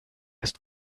ist